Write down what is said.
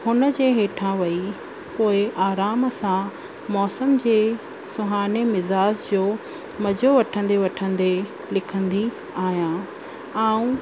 हुन जे हेठा वेही पोइ आराम सां मौसम जे सुहाने मिज़ाज़ जो मज़ो वठंदे वठंदे लिखंदी आहियां ऐं